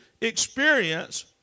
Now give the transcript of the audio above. experience